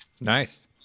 Nice